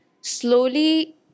slowly